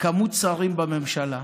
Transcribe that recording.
שרים בממשלה.